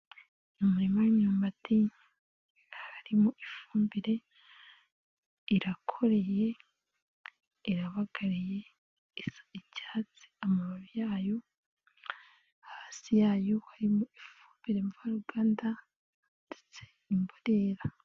Umurima w'imyumbati harimo ifumbire, irakoreye, irabagaye, isa icyatsi amababi yayo, hasi yayo harimo ifumbire mvaruganda ndetse n'imborera.